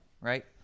right